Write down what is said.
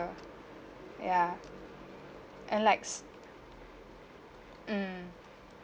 ya and likes mm